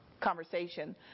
conversation